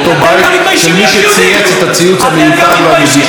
בית של מי שצייץ את הציוץ המיותר והמביש הזה.